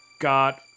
got